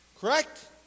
Correct